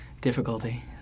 difficulty